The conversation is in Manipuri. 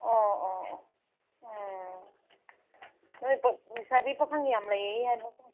ꯑꯣ ꯑꯣ ꯑꯣ ꯎꯝ ꯅꯣꯏ ꯂꯩꯁꯥꯕꯤ ꯄꯥꯈꯪ ꯌꯥꯝ ꯂꯩꯌꯦ ꯍꯥꯏꯕꯀꯣ